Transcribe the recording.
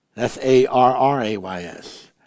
S-A-R-R-A-Y-S